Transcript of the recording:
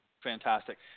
Fantastic